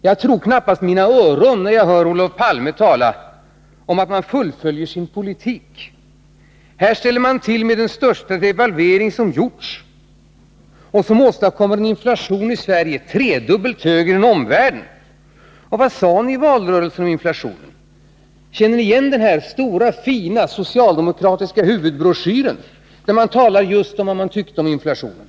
Jag tror knappast mina öron när jag hör Olof Palme tala om att socialdemokraterna fullföljer sin politik. Här ställer de till med den största devalvering som gjorts och som åstadkommer en inflation i Sverige som är tredubbelt högre än omvärldens. Vad sade socialdemokraterna i valrörelsen om inflationen? Kommer ni ihåg den stora, fina socialdemokratiska huvudbroschyren, där man talade just om vad man tyckte om inflationen?